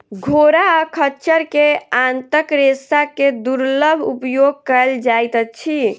घोड़ा आ खच्चर के आंतक रेशा के दुर्लभ उपयोग कयल जाइत अछि